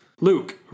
Luke